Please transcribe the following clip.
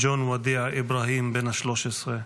ג'וני וודיע אבראהים, בן 13,